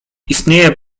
istnieje